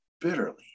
bitterly